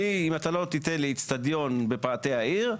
אם אתה לא תיתן לי אצטדיון בפאתי העיר,